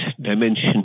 dimension